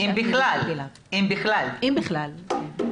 אם את בכלל מקבלת.